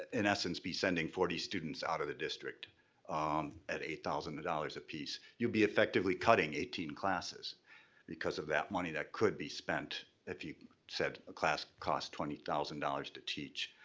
in essence, be sending forty students out of the district um at eight thousand dollars a piece. you'll be effectively cutting eighteen classes because of that money that could be spent if you said a class costs twenty thousand dollars to teach.